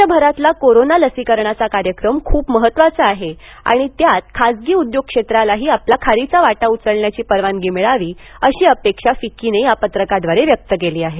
देशभरातला corona लसीकरणाचा कार्यक्रम खूप महत्वाचा असून त्यात खासगी उद्योग क्षेत्रालाही आपला खारीचा वाटा उचलण्याची परवानगी मिळावी अशी अपेक्षा फिक्कीने या पत्रकाद्वारे व्यक्त केली आहे